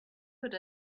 good